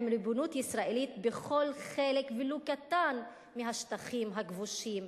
עם ריבונות ישראלית בכל חלק ולו קטן מהשטחים הכבושים,